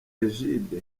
egide